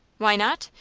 why not?